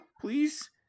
Please